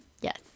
yes